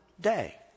day